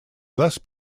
thus